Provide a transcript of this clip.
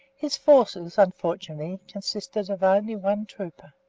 his forces, unfortunately, consisted of only one trooper,